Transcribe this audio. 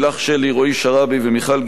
רועי שרעבי ומיכל גרסטלר,